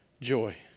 joy